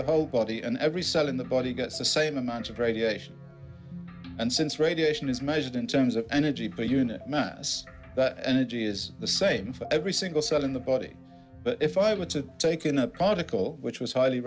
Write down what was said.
the whole body and every cell in the body gets the same amount of radiation and since radiation is measured in terms of energy per unit mass but energy is the same for every single cell in the body but if i were to take in a particle which was highly